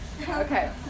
Okay